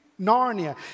Narnia